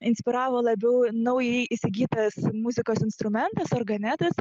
inspiravo labiau naujai įsigytas muzikos instrumentas organetas